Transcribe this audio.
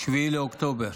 7 באוקטובר.